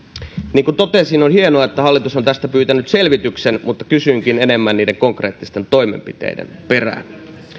niin kuin totesin on hienoa että hallitus on tästä pyytänyt selvityksen mutta kysyinkin enemmän konkreettisten toimenpiteiden perään